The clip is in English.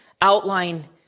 outline